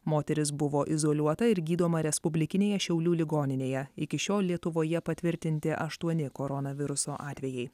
moteris buvo izoliuota ir gydoma respublikinėje šiaulių ligoninėje iki šiol lietuvoje patvirtinti aštuoni koronaviruso atvejai